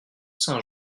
saint